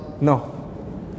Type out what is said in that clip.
No